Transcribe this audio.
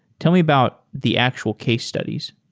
tell me about the actual case studies.